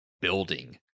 building